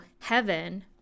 heaven